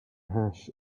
hash